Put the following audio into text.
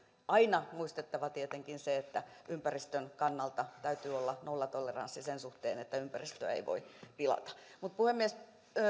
aina muistettava tietenkin se että ympäristön kannalta täytyy olla nollatoleranssi sen suhteen että ympäristöä ei voi pilata puhemies